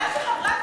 רגע, לא הבנתי.